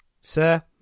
Sir